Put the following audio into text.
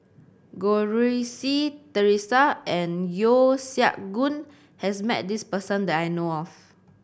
Goh Rui Si Theresa and Yeo Siak Goon has met this person that I know of